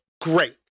great